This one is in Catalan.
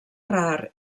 rar